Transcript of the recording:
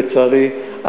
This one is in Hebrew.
לצערי,